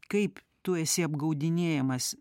kaip tu esi apgaudinėjamas